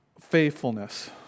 faithfulness